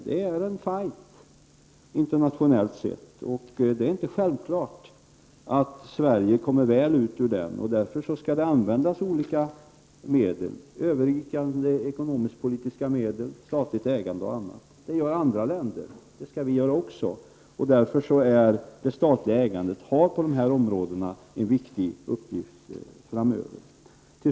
Det är en fight internationellt sett, och det är inte självklart att Sverige går ur den på ett bra sätt. Därför skall olika medel användas: övergripande ekonomisk-politiska medel, statligt ägande och annat. Det gör andra länder, och det skall vi göra också. Därför har det statliga ägandet på dessa områden en viktig uppgift framöver.